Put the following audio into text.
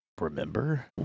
Remember